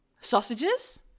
Sausages